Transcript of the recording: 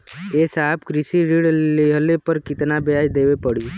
ए साहब कृषि ऋण लेहले पर कितना ब्याज देवे पणी?